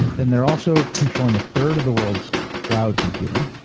then they're also controlling a third of the world's cloud computing.